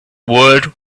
world